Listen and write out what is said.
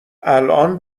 الان